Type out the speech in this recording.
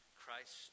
Christ